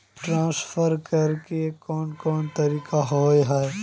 Transfer करे के कोन कोन तरीका होय है?